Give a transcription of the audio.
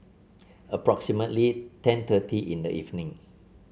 approximately ten thirty in the evening